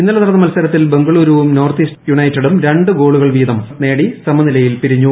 ഇന്നലെ നടന്ന മത്സരത്തിൽ ബംഗളുരുവും നോർത്ത് ഈസ്റ്റ് യുണൈറ്റഡും രണ്ട് ഗോളുകൾ വീതം നേടി സമനിലയിൽ പിരിഞ്ഞു